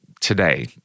today